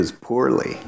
poorly